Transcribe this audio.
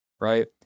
right